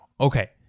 Okay